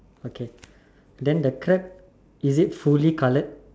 okay then the crab is it fully coloured